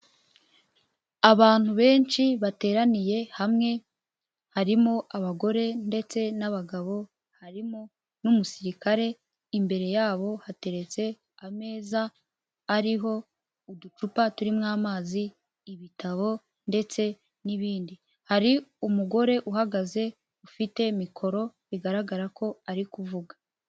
Abantu benshi bateraniye hamwe. Harimo abagore ndetse n'abagabo, harimo n'umusirikare, imbere yabo hateretse ameza ariho uducupa turimo amazi, ibitabo ndetse n'ibindi. Hari umugore uhagaze ufite mikoro bigaragara ko ari kuvuga.